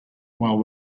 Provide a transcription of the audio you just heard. while